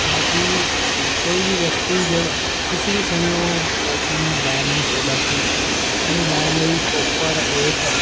ਕਿਉਂਕਿ ਕੋਈ ਵੀ ਵਿਅਕਤੀ ਜਦ ਕਿਸੇ ਵੀ ਸਮੇਂ ਉਹ ਉਸ ਫੋਟੋ ਨੂੰ ਲੈ ਨਹੀਂ ਸਕਦਾ ਸੀ ਉਹਨੂੰ ਲੈਣ ਲਈ ਪ੍ਰੋਪਰ ਇੱਕ